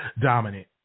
Dominant